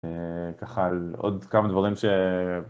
אה... ככה, על עוד כמה דברים ש...